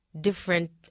different